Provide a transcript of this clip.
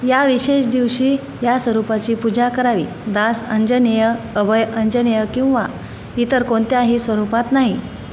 या विशेष दिवशी या स्वरूपाची पूजा करावी दास अंजनेय अभय अंजनेय किंवा इतर कोणत्याही स्वरूपात नाही